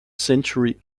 century